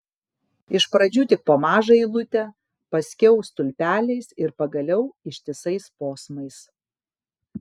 iš pradžių tik po mažą eilutę paskiau stulpeliais ir pagaliau ištisais posmais